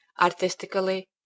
artistically